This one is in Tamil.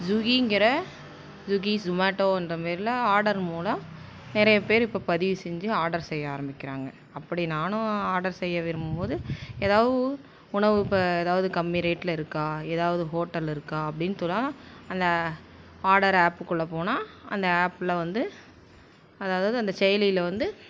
ஜுகிங்கிற சுகி சுமேட்டோன்ற மாரிலாம் ஆர்டர் மூலம் நிறைய பேர் இப்போ பதிவு செஞ்சு ஆர்டர் செய்ய ஆரம்பிக்கிறாங்க அப்படி நானும் ஆர்டர் செய்ய விரும்பும்போது எதாவது உணவு இப்போ எதாவது கம்மி ரேட்டில் இருக்கா எதாவது ஹோட்டல் இருக்கா அப்படின் சொன்னால் அந்த ஆர்டர் ஆப்புக்குள்ளே போனால் அந்த ஆப்பில் வந்து அதாவது அந்த செயலியில் வந்து